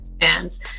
fans